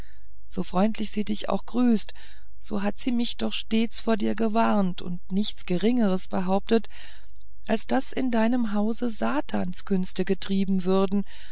so freundlich sie dich auch grüßt so hat sie mich doch stets vor dir gewarnt und nichts geringeres behauptet als daß in deinem hause satanskünste getrieben würden